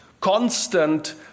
constant